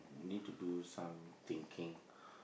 need to do some thinking